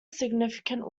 significant